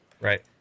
Right